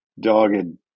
dogged